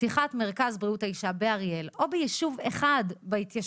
פתיחת מרכז בריאות האישה באריאל או ביישוב אחד בהתיישבות.